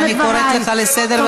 את צריכה להסיר את הכובע בפני